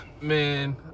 Man